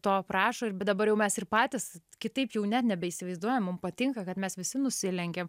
to prašo bet dabar jau mes ir patys kitaip jau net nebeįsivaizduojam mum patinka kad mes visi nusilenkė